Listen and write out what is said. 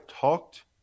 talked